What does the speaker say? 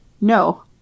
no